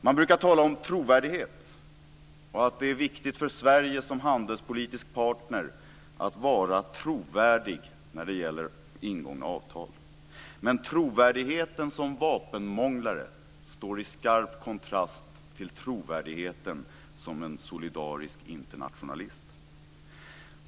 Man brukar tala om trovärdighet, och att det är viktigt för Sverige som handelspolitisk partner att vara trovärdig när det gäller ingångna avtal. Men trovärdigheten som vapenmånglare står i skarp kontrast till trovärdigheten som en solidarisk internationalist.